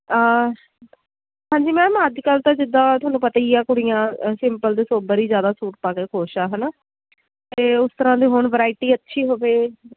ਹਾਂਜੀ ਮੈਮ ਅੱਜ ਕੱਲ੍ਹ ਤਾਂ ਜਿੱਦਾਂ ਤੁਹਾਨੂੰ ਪਤਾ ਹੀ ਹੈ ਕੁੜੀਆਂ ਸਿੰਪਲ 'ਤੇ ਸੋਬਰ ਹੀ ਜ਼ਿਆਦਾ ਸੂਟ ਪਾ ਕੇ ਖੁਸ਼ ਹੈ ਹੈ ਨਾ ਤਾਂ ਉਸ ਤਰ੍ਹਾਂ ਦੀ ਹੁਣ ਵਿਰਾਇਟੀ ਅੱਛੀ ਹੋਵੇ